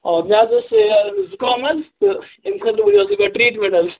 آ مےٚ حظ اوس یہِ زُکام حظ تہٕ اَمہِ خٲطرٕ ؤنِو حظ تُہۍ مےٚ ٹرٛیٖٹمٮ۪نٛٹ حظ